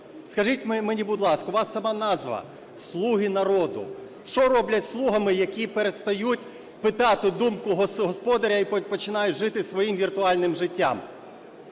Скажіть мені, будь ласка, у вас сама назва - "Слуги народу", що роблять зі слугами, які перестають питати думку господаря і починають жити своїм віртуальним життям?